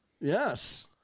Yes